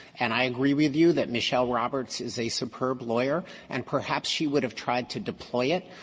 and i agree with you that michelle roberts is a superb lawyer and perhaps she would have tried to deploy it,